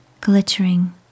glittering